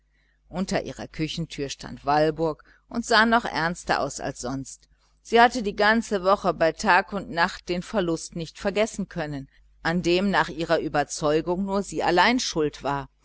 unter ihrer küchentüre stand walburg und sah noch ernster aus als sonst sie hatte die ganze woche bei tag und nacht den verlust nicht vergessen können an dem nach ihrer überzeugung nur sie allein schuld war